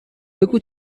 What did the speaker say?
بگو